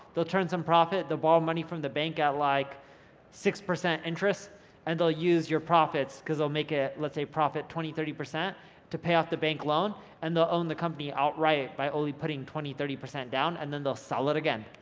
they'll turn some profit, the ball money from the bank at like six percent interest and they'll use your profits cause they'll make it let's say profit twenty thirty to pay off the bank loan and they'll own the company outright by only putting twenty thirty down and then they'll sell it again,